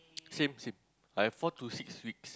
same same I have four to six weeks